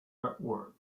network